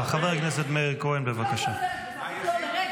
------ סליחה, גלעד.